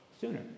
sooner